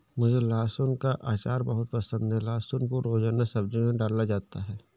मुझे लहसुन का अचार बहुत पसंद है लहसुन को रोजाना सब्जी में डाला जाता है